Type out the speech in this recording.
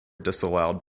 disallowed